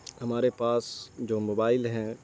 ہمارے پاس جو موبائل ہیں